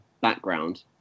background